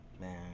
man